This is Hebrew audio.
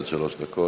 עד שלוש דקות.